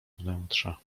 wnętrza